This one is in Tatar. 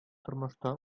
тормышта